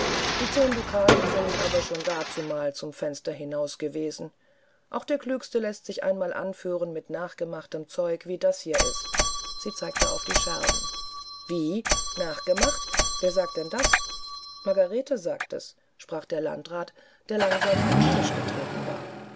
die zehn dukaten sind aber schon dazumal zum fenster hinausgeworfen gewesen auch der klügste läßt sich einmal anführen mit nachgemachtem zeug wie das hier ist sie zeigte auf die scherben wie nachgemacht wer sagt denn das margarete sagt es sprach der landrat der langsam an den tisch getreten war